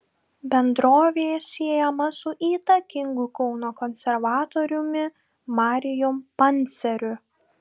bendrovė siejama su įtakingu kauno konservatoriumi marijum panceriu